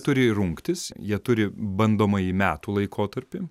turi rungtis jie turi bandomąjį metų laikotarpį